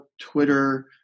Twitter